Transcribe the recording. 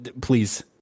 Please